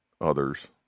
others